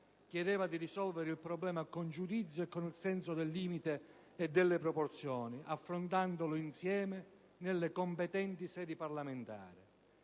Chiedeva di risolvere il problema con giudizio e con il senso del limite e delle proporzioni, affrontandolo insieme nelle sedi parlamentari